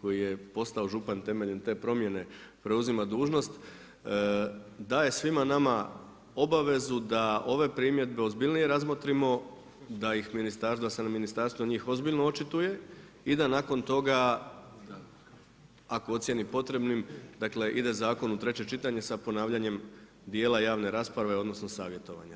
koji je postao župan temeljem te promijene preuzima dužnost daje svima nama obavezu da ove primjedbe ozbiljnije razmotrimo, da se ministarstvo na njih ozbiljno očitije i da nakon toga, ako ocijeni potrebni ide zakon u treće čitanje sa ponavljanjem dijela ravne rasprave, odnosno savjetovanja.